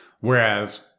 whereas